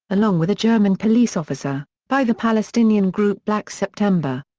along with a german police officer, by the palestinian group black september.